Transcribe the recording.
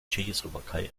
tschechoslowakei